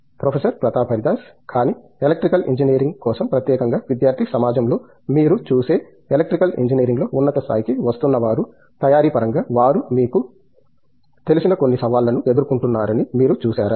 professor Pratap Haridas కానీ electrical engineering కోసం ప్రత్యేకంగా విద్యార్ధి సమాజంలో మీరు చూసే ఎలక్ట్రికల్ ఇంజనీరింగ్లో ఉన్నత స్థాయికి వస్తున్న వారు తయారీ పరంగా వారు మీకు తెలిసిన కొన్ని సవాళ్లను ఎదుర్కొంటున్నారని మీరు చూశారా